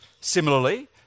Similarly